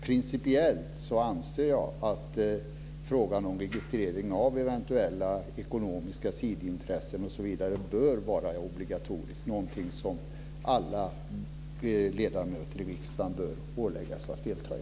Principiellt anser jag att frågan om registrering av eventuella ekonomiska sidintressen osv. bör vara obligatorisk - någonting som alla ledamöter i riksdagen bör åläggas att delta i.